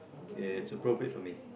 it's appropriate for me